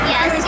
Yes